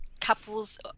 couples